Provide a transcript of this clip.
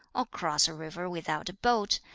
or cross a river without a boat,